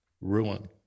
ruin